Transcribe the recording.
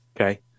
okay